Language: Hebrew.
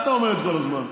מה היא הייתה אומרת כל הזמן?